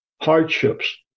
hardships